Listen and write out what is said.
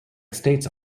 states